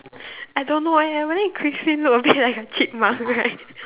I don't know eh but then Christine look a bit like a chipmunk right